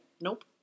Nope